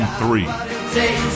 three